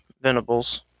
Venables